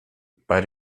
bei